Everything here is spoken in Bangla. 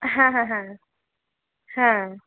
হ্যাঁ হ্যাঁ হ্যাঁ হ্যাঁ